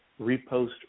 repost